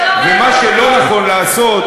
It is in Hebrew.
ומה שלא נכון לעשות,